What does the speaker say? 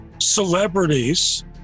celebrities